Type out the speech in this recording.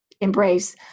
embrace